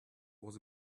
was